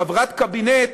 חברת קבינט,